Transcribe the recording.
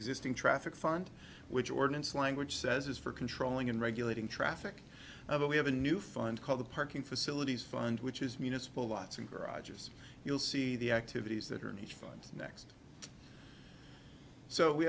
existing traffic fund which ordinance language says is for controlling and regulating traffic we have a new fund called the parking facilities fund which is municipal lots and garages you'll see the activities that are in the fund next so we